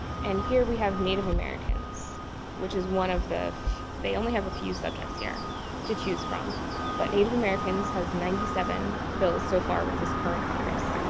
and here we have native americans which is one of, they only have a few subjects here to choose from but native americans have ninety seven bills so far with this current congress.